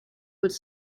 would